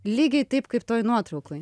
lygiai taip kaip toj nuotraukoj